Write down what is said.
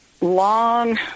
long